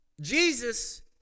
Jesus